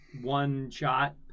one-shot